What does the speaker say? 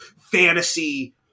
fantasy